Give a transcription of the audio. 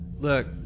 Look